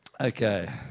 Okay